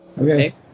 Okay